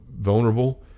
vulnerable